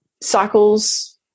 Cycles